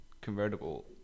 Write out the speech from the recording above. convertible